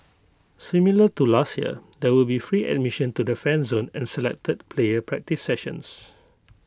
similar to last year there will be free admission to the fan zone and selected player practice sessions